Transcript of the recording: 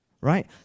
right